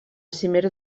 cimera